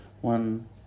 one